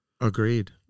Agreed